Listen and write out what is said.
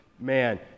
man